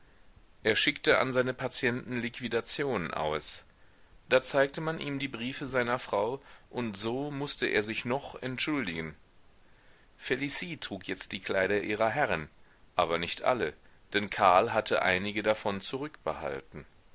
er schickte an seine patienten liquidationen aus da zeigte man ihm die briefe seiner frau und so mußte er sich noch entschuldigen felicie trug jetzt die kleider ihrer herrin aber nicht alle denn karl hatte einige davon zurückbehalten